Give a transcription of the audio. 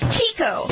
Chico